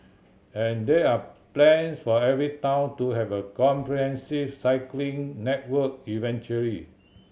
and there are plan for every town to have a comprehensive cycling network eventually